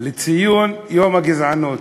לציון יום הגזענות.